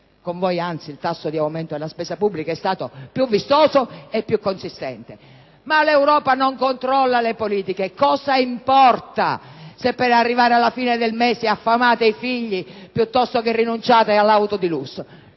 con voi, anzi, il tasso di aumento della spesa pubblica è stato più vistoso e più consistente. Ma l'Europa non controlla le politiche. Cosa importa se per arrivare alla fine del mese affamate i figli piuttosto che rinunciare all'auto di lusso?